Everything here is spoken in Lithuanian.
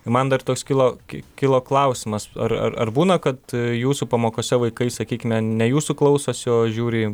man dar toks kilo kilo klausimas ar būna kad jūsų pamokose vaikai sakykime ne jūsų klausosi o žiūri